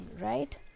right